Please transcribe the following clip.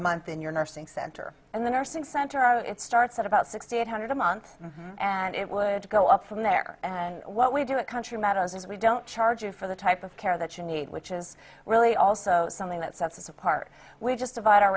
month in your nursing center and the nursing center are starts at about sixty eight hundred a month and it would go up from there and what we do a country matters is we don't charge you for the type of care that you need which is really also something that sets us apart we just divide